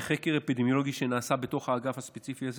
בחקר אפידמיולוגי שנעשה בתוך האגף הספציפי הזה